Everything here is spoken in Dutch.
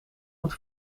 moet